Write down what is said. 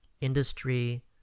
Industry